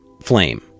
flame